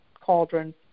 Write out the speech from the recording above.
Cauldron